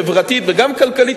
חברתית וגם כלכלית,